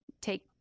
take